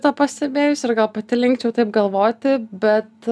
tą pastebėjus ir gal pati likčiau taip galvoti bet